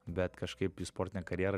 bet kažkaip į sportinę karjerą